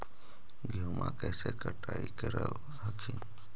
गेहुमा कैसे कटाई करब हखिन?